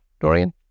dorian